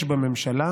יש בממשלה,